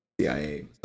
CIA